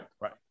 Right